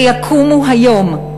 שיקומו היום,